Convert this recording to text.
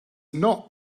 not